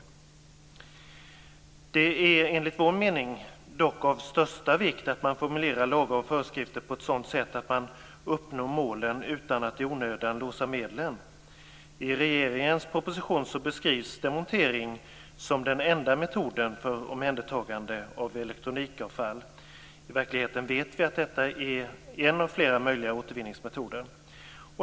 Enligt vår mening är det dock av största vikt att man formulerar lagar och föreskrifter på ett sådant sätt att man uppnår målen utan att i onödan låsa medlen. I regeringens proposition beskrivs demontering som den enda metoden för omhändertagande av elektronikavfall. I verkligheten vet vi att detta är en av flera möjliga återvinningsmetoder.